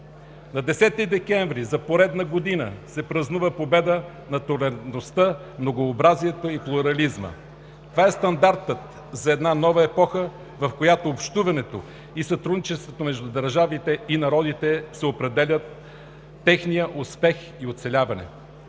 На 10 декември за поредна година се празнува победа на толерантността, многообразието и плурализма. Това е стандартът за една нова епоха, в която от общуването и сътрудничеството между държавите и народите се определя техният успех и оцеляване.